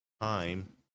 time